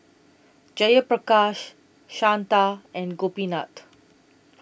Jayaprakash Santha and Gopinath